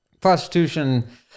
prostitution